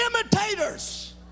imitators